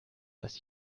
dass